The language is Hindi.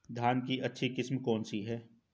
धान की अच्छी किस्म कौन सी है?